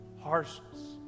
harshness